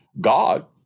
God